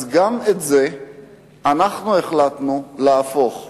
אז גם את זה אנחנו החלטנו להפוך למחלוקת,